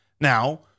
Now